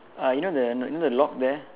uh you know the you know the lock there